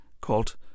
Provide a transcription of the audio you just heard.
called